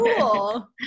cool